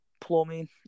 plumbing